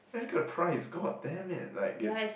and look at the price God damn it like it's